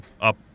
up